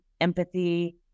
empathy